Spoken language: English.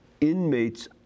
inmates